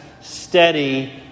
steady